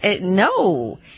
no